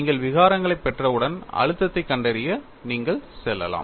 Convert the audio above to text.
நீங்கள் விகாரங்களைப் பெற்றவுடன் அழுத்தத்தைக் கண்டறிய நீங்கள் செல்லலாம்